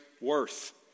worth